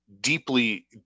deeply